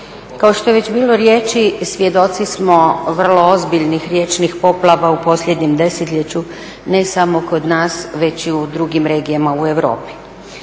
Kao što je već bilo riječi, svjedoci smo vrlo ozbiljnih riječnih poplava u posljednjem desetljeću, ne samo kod nas već i u drugim regijama u Europi.